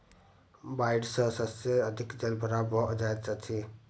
बाइढ़ सॅ शस्य में अधिक जल भराव भ जाइत अछि